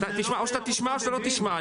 או שאתה תשמע או שאתה לא תשמע.